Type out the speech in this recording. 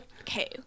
okay